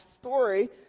story